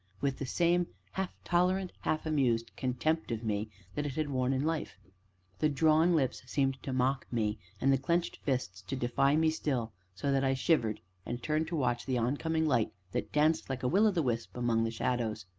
with the same half-tolerant, half-amused contempt of me that it had worn in life the drawn lips seemed to mock me, and the clenched fists to defy me still so that i shivered, and turned to watch the oncoming light that danced like a will-o'-the-wisp among the shadows.